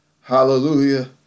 Hallelujah